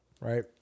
right